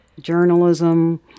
Journalism